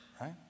right